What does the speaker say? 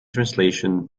translation